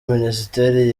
minisiteri